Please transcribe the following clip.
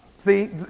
See